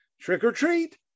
trick-or-treat